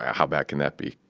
how bad can that be?